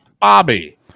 Bobby